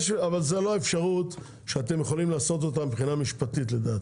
אבל זו לא האפשרות שאתם יכולים לעשות אותה מבחינה משפטית לדעתי.